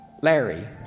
Larry